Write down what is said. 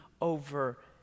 over